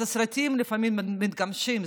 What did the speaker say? אז הסרטים לפעמים מתגשמים.